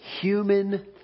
human